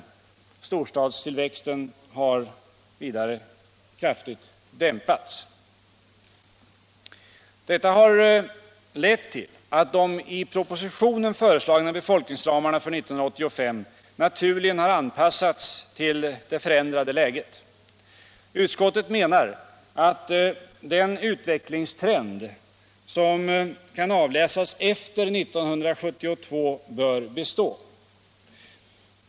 Vidare har storstadstillväxten kraftigt dämpats. Detta har lett till att de i propositionen föreslagna befolkningsramarna för 1985 naturligen har anpassats till det förändrade läget. Utskottet menar att den utvecklingstrend som kan avläsas efter 1972 bör bestå.